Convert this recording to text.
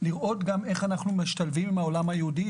צריך לנסות ולראות איך אנחנו משתלבים עם העולם היהודי.